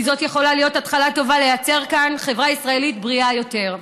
זאת יכולה להיות התחלה טובה לייצר כאן חברה ישראלית בריאה יותר.